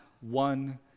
one